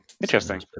Interesting